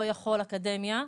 לא יכול אקדמיה,